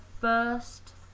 first